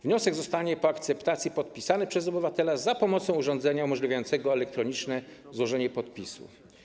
Wniosek zostanie po akceptacji podpisany przez obywatela za pomocą urządzenia umożliwiającego elektroniczne złożenie podpisu.